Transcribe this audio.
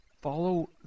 follow